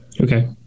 okay